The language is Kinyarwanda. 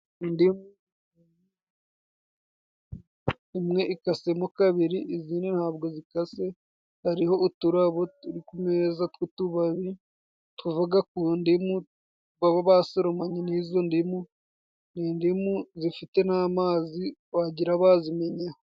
Indibu imwe ikasemo kabiri izindi ntabwo zikase, hariho uturabo turi ku meza tw'utubabi tuvuga ku ndimu, baba basoromanye n'izo ndimu, ni indimu zifite n'amazi wagira bazimenyeho.